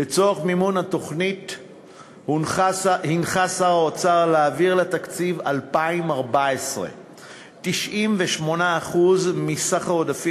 לצורך מימון התוכנית הנחה שר האוצר להעביר לתקציב 2014 98% מסך העודפים